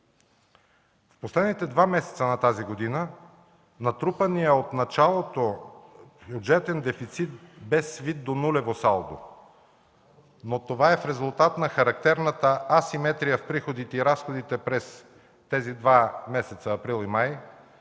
В последните два месеца на тази година натрупаният от началото бюджетен дефицит бе свит до нулево салдо, но това е в резултат на характерната асиметрия в приходите и разходите през тези два месеца – април и май,